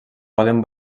poden